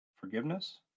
Forgiveness